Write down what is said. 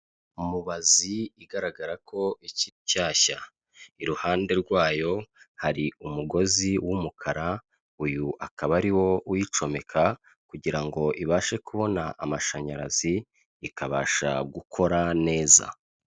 Mubazi igaragara ko ikiri shyashya, iruhande rwayo hari umugozi w'umukara, uyu akaba ari wo uyicomeka kugira ngo ibashe kubona amashanyarazi, ikabasha gukora neza.